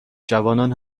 جوانان